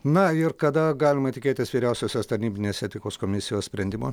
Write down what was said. na ir kada galima tikėtis vyriausiosios tarnybinės etikos komisijos sprendimo